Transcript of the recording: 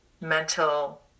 mental